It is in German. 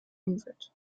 umwelt